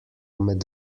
med